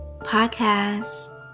podcast